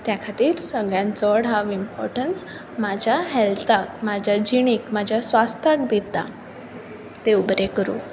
ते खातीर सगळ्यांत चड हांव इम्पोर्टंस म्हज्या हॅल्थाक म्हज्या जिणेक म्हाज्या स्वास्ताक दितां